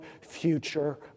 future